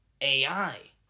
AI